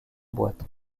boîte